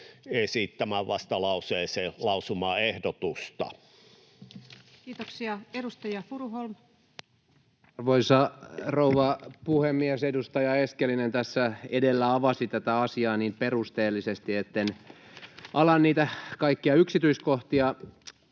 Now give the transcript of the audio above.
esittämään vastalauseen lausumaehdotuksen. Kiitoksia. — Edustaja Furuholm. Arvoisa rouva puhemies! Edustaja Eskelinen tässä edellä avasi tätä asiaa niin perusteellisesti, etten ala niitä kaikkia yksityiskohtia